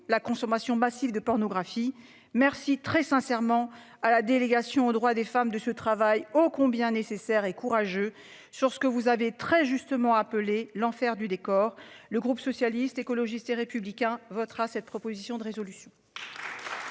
la consommation massive de pornographie merci très sincèrement à la délégation aux droits des femmes de ce travail ô combien nécessaire et courageux sur ce que vous avez très justement appelé l'enfer du décor. Le groupe socialiste, écologiste et républicain votera cette proposition de résolution.